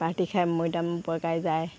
party খাই মৈদাম বগাই যায়